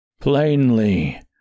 Plainly